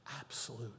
absolute